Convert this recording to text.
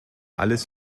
alles